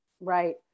Right